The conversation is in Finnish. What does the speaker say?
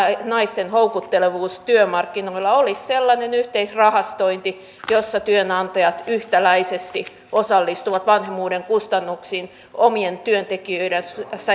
naisten houkuttelevuus työmarkkinoilla olisi sellainen yhteisrahastointi jossa työnantajat yhtäläisesti osallistuvat vanhemmuuden kustannuksiin omien työntekijöidensä